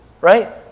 right